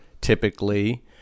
typically